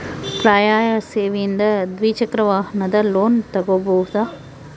ಪರ್ಯಾಯ ಸೇವೆಯಿಂದ ದ್ವಿಚಕ್ರ ವಾಹನದ ಲೋನ್ ತಗೋಬಹುದಾ?